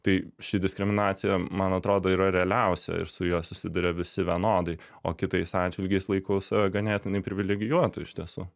tai ši diskriminacija man atrodo yra realiausia ir su ja susiduria visi vienodai o kitais atžvilgiais laikau save ganėtinai privilegijuotu iš tiesų